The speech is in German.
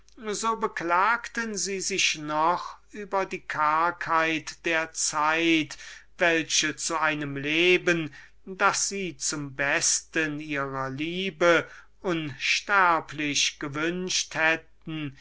so beklagten sie sich doch über die kargheit der zeit welche zu einem leben das sie zum besten ihrer liebe unsterblich gewünscht hätten